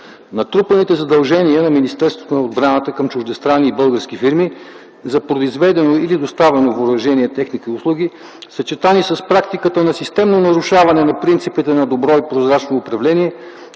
...Натрупаните задължения на Министерството на отбраната към чуждестранни и български фирми за произведено или доставено въоръжение, техника и услуги, съчетани с практиката на системно нарушаване на принципите на добро и прозрачно управление,